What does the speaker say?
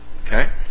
okay